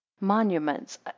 monuments